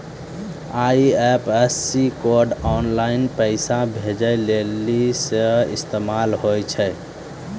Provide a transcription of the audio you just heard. IFSC code online पैसा भेजै लेली सेहो इस्तेमाल होय छै